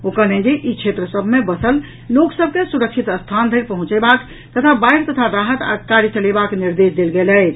ओ कहलनि जे ई क्षेत्र सभ मे बसल लोक सभ के सुरक्षित स्थान पर पहुंचेबाक तथा बाढ़ि आ राहत कार्य चलेबाक निर्देश देल गेल अछि